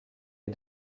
est